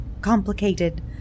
complicated